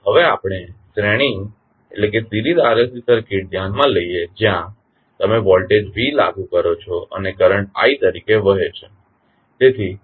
હવે આપણે શ્રેણી RLC સર્કિટ ધ્યાનમાં લઈએ જ્યાં તમે વોલ્ટેજ V લાગુ કરો છો અને કરંટ i તરીકે વહે છે